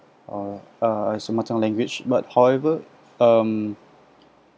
or uh as mother tongue language but however um